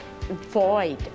void